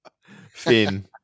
Finn